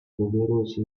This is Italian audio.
numerosi